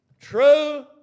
true